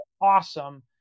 awesome